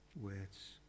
words